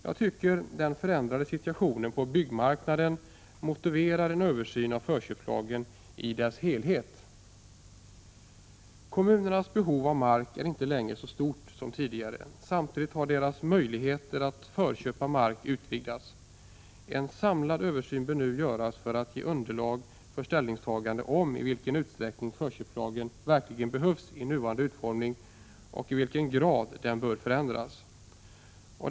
Jag tycker den förändrade situationen på byggmarknaden motiverar en översyn av förköpslagstiftningen i dess helhet. Kommunernas behov av mark är inte längre så stort som tidigare. Samtidigt har deras möjligheter att förköpa mark utvidgats. En samlad översyn bör nu göras för att ge underlag för ställningstaganden om i vilken utsträckning förköpslagen verkligen behövs i nuvarande utformning och i vilken grad den bör förändras.